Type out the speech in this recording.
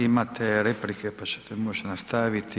Imate replike, pa ćete moć nastaviti.